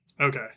Okay